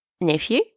nephew